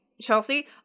Chelsea